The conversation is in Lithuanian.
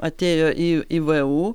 atėjo į į vu